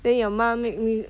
then your mom make me